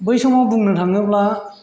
बै समाव बुंनो थाङोब्ला